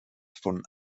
von